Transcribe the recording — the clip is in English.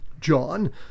John